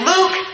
Luke